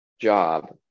job